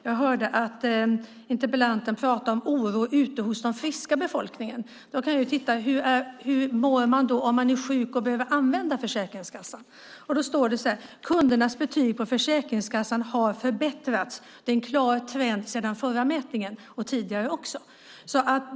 Jag hörde interpellanten prata om oro ute hos den friska befolkningen, men hur mår man då om man är sjuk och behöver använda Försäkringskassan? Det står så här: "Kundernas betyg på Försäkringskassan har förbättrats sedan 2008." "Trenden är att resultaten har förbättrats sedan mätningen i våras."